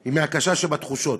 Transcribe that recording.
היא מהקשה שבתחושות.